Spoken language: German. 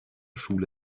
schule